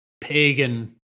pagan